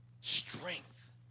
Strength